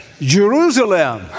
Jerusalem